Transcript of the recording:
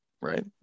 right